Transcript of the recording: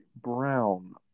brown